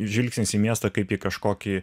žvilgsnis į miestą kaip į kažkokį